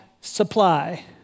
supply